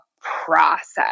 process